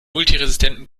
multiresistenten